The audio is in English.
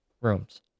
rooms